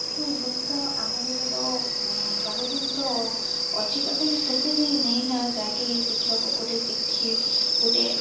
କିଛି ଜିନିଷ ଆମରି ନେତ ସବୁ ଜିନିଷ ଅଛି ତଥାପି ସେତେବି ନେଇନାର ଯାହାକି ଶିକ୍ଷକ ଗୋଟେ ଶିଖି ଗୋଟେ